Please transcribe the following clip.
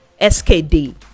SKD